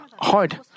hard